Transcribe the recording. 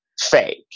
fake